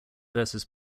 versus